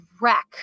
wreck